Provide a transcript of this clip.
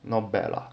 not bad lah